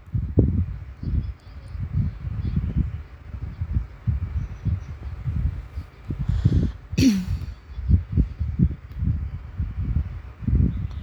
in